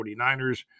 49ers